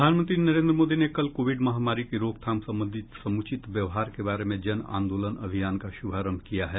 प्रधानमंत्री नरेन्द्र मोदी ने कल कोविड महामारी की रोकथाम संबंधी समूचित व्यवहार के बारे में जन आंदोलन अभियान का शुभारम्भ किया है